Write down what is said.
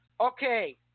Okay